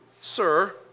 Sir